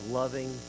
loving